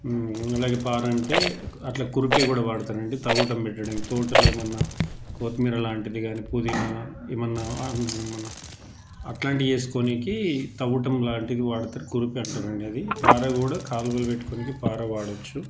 అలాగే పార అంటే అట్లాగే కురుపీ కూడా వాడతారు అండి తగుటం పెట్టడానికి అంటే తోటలు ఏమన్నా కొత్తిమీర లాంటిది కాని పుదీనా ఏమన్నా మన అట్లాంటియి వేసుకోనీకి తవ్వటం లాంటిది వాడతారు కురుపీ అంటారండి అది పార కూడా కాలవలు పెట్టుకోనీకి పారలు వాడచ్చు